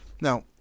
Now